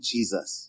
Jesus